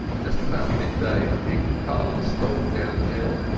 just about midday a big car stole down the hill,